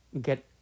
get